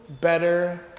better